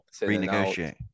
renegotiate